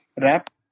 rap